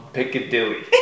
Piccadilly